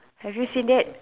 have you seen that